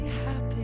happy